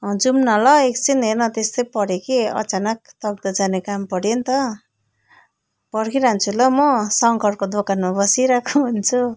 जाऊँ न ल एकछिन हेर न त्यस्तै पऱ्यो कि अचानक तकदाह जाने काम पऱ्यो नि अन्त पर्खिरहन्छु ल म शङ्करको दोकानमा बसिरहेको हुन्छु